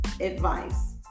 advice